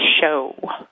show